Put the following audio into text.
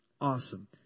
Awesome